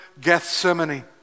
Gethsemane